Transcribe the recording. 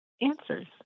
answers